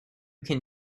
can